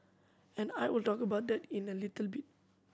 and I will talk about that in a little bit